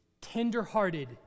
tender-hearted